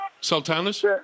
Sultanas